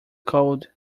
cold